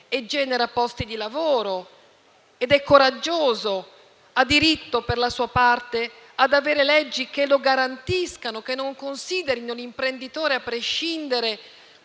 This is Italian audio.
genera posti di lavoro ed è coraggioso ha diritto, per la sua parte, ad avere leggi che lo garantiscano e che non considerino l'imprenditore, a prescindere,